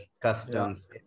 customs